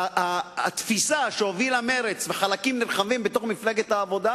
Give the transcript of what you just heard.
התפיסה שהובילו מרצ וחלקים נרחבים במפלגת העבודה